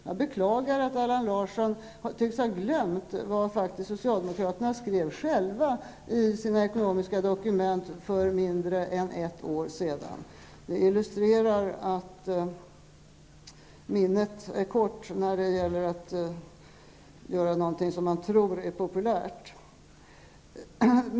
Jag beklagar att Allan Larsson tycks ha glömt vad socialdemokraterna själva skrev i sina ekonomiska dokument för mindre än ett år sedan. Det illustrerar att minnet är kort när det gäller att göra någonting som man tror är populärt.